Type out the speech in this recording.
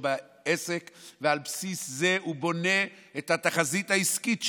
בעסק ועל בסיס זה הוא בונה את התחזית העסקית שלו.